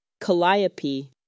calliope